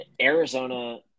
Arizona